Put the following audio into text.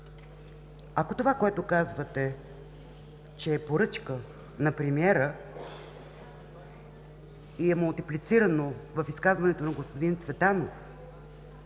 Ако това, което казвате, че е поръчка на премиера и е мултиплицирано в изказването на господин Цветанов,